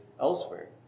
elsewhere